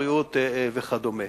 בריאות וכדומה.